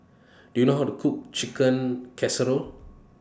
Do YOU know How to Cook Chicken Casserole